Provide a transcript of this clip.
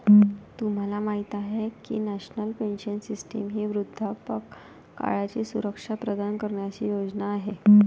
तुम्हाला माहिती आहे का की नॅशनल पेन्शन सिस्टीम ही वृद्धापकाळाची सुरक्षा प्रदान करणारी योजना आहे